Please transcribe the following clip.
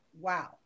Wow